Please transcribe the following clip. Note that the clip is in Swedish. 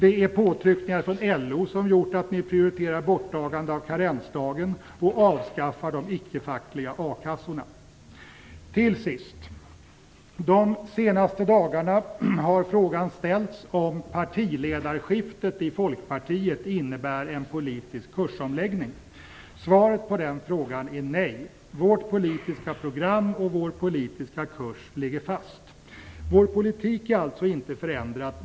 Det är påtryckningar från LO som gjort att ni prioriterar borttagande av karensdagen och avskaffande av de icke-fackliga a-kassorna. Till sist: De senaste dagarna har frågan ställts om partiledarskiftet i Folkpartiet innebär en politisk kursomläggning. Svaret på den frågan är nej. Vårt politiska program och vår politiska kurs ligger fast. Vår politik är alltså inte förändrad.